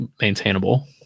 maintainable